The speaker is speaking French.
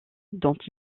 dont